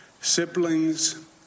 siblings